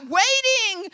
waiting